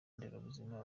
nderabuzima